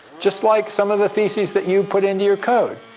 just like some of the theses that you've put into your code.